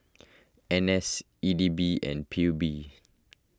N S E D B and P U B